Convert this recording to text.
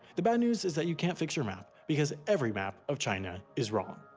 the bad news is that you can't fix your map, because every map of china is wrong.